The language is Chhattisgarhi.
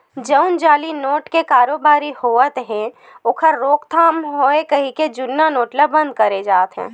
जउन जाली नोट के कारोबारी होवत हे ओखर रोकथाम होवय कहिके जुन्ना नोट ल बंद करे जाथे